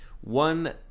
one